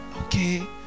okay